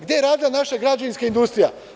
Gde ja radila naša građevinska industrija?